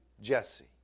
Jesse